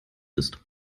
ist